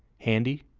handy,